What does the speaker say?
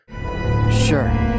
Sure